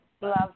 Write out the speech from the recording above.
Love